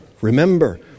Remember